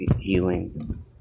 healing